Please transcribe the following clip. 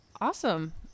Awesome